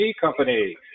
company